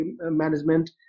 management